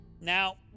Now